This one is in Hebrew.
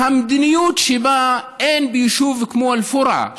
המדיניות שבה ביישוב כמו אל-פורעה,